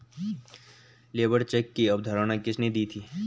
Labour check की अवधारणा किसने दी थी?